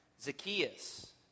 Zacchaeus